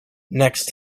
next